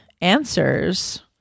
answers